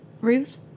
Ruth